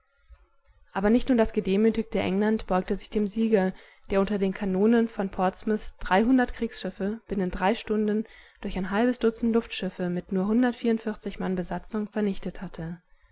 aber nicht nur das gedemütigte england beugte sich dem sieger der unter den kanonen von portsmouth dreihundert kriegsschiffe binnen drei stunden durch ein halbes dutzend luftschiffe mit nur mann besatzung vernichtet hatte